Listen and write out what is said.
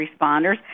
responders